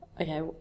Okay